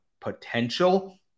potential